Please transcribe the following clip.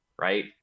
right